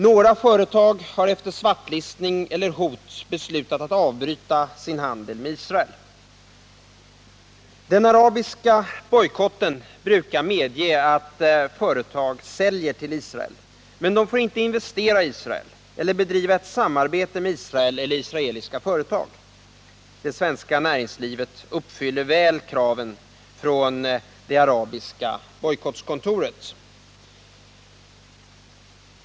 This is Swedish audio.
Några företag har efter svartlistning eller hot beslutat att avbryta sin handel med Israel. Den arabiska bojkotten brukar medge att företag säljer till Israel. Men de får inte investera i Israel eller bedriva ett samarbete med Israel eller israeliska företag. Det svenska näringslivet uppfyller väl kraven från det arabiska bojkottkontoret.